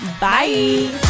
Bye